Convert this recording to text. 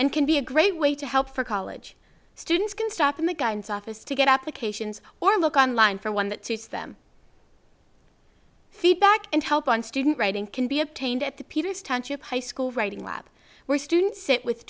and can be a great way to help for college students can stop in the guidance office to get applications or look on line for one that suits them feedback and help on student writing can be obtained at the peters township high school writing lab where students sit with